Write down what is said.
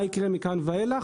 מה יקרה מכאן ואילך,